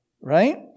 right